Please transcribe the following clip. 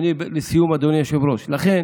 לסיום, אדוני היושב-ראש: לכן,